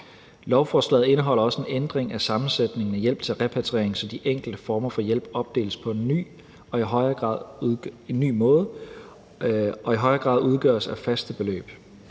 Lovforslaget indeholder også en ændring af sammensætningen af hjælp til repatriering, så de enkelte former for hjælp opdeles på en ny måde og i højere grad udgøres af faste beløb.